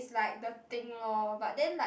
is like the thing lor but then like